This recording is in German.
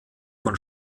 von